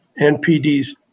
NPD's